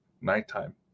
nighttime